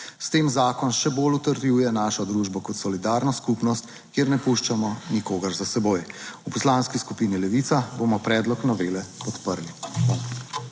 S tem zakon še bolj utrjuje našo družbo kot solidarno skupnost, kjer ne puščamo nikogar za seboj. V Poslanski skupini Levica bomo predlog novele podprli.